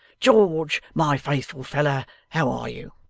george, my faithful feller, how are you